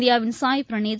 இந்தியாவின் சாய் பிரனீத்